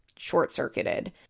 short-circuited